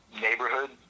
neighborhood